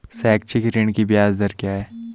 शैक्षिक ऋण की ब्याज दर क्या है?